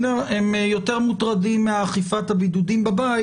הם יותר מוטרדים מאכיפת הבידודים בבית